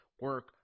Work